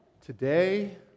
Today